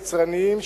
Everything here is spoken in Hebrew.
יצרניים,